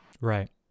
Right